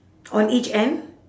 on each end